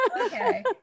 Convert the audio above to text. Okay